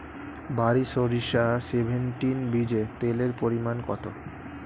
বারি সরিষা সেভেনটিন বীজে তেলের পরিমাণ কত?